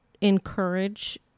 encourage